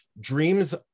dreams